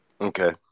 Okay